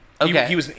Okay